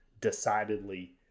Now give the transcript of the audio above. decidedly